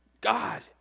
God